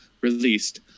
released